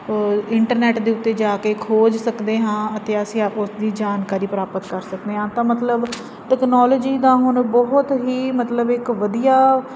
internet ਦੇ ਉੱਤੇ ਜਾ ਕੇ ਖੋਜ ਸਕਦੇ ਹਾਂ ਅਤੇ ਅਸੀਂ ਉਸ ਦੀ ਜਾਣਕਾਰੀ ਪ੍ਰਾਪਤ ਕਰ ਸਕਦੇ ਹਾਂ ਤਾਂ ਮਤਲਬ ਟੈਕਨੋਲੋਜੀ ਦਾ ਹੁਣ ਬਹੁਤ ਹੀ ਮਤਲਬ ਇੱਕ ਵਧੀਆ